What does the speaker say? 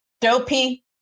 dopey